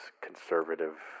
conservative